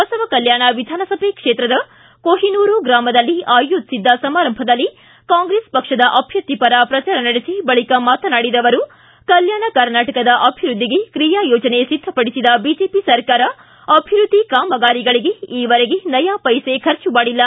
ಬಸವಕಲ್ಯಾಣ ವಿಧಾನಸಭೆ ಕ್ಷೇತ್ರದ ಕೊಹಿನೂರು ಗ್ರಾಮದಲ್ಲಿ ಆಯೋಜಿಸಿದ್ದ ಸಮಾರಂಭದಲ್ಲಿ ಕಾಂಗ್ರೆಸ್ ಪಕ್ಷದ ಅಭ್ಯರ್ಥಿ ಪರ ಪ್ರಚಾರ ನಡೆಸಿ ಬಳಿಕ ಮಾತನಾಡಿದ ಅವರು ಕಲ್ಯಾಣ ಕರ್ನಾಟಕದ ಅಭಿವೃದ್ದಿಗೆ ಕ್ರಿಯಾಯೋಜನೆ ಸಿದ್ದಪಡಿಸಿದ ಬಿಜೆಪಿ ಸರ್ಕಾರ ಅಭಿವ್ಯದ್ದಿ ಕಾಮಗಾರಿಗಳಿಗೆ ಈವರೆಗೆ ನಯಾವೈಸೆ ಖರ್ಚು ಮಾಡಿಲ್ಲ